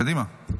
קדימה.